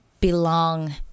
belong